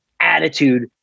attitude